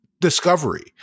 discovery